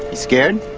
scared?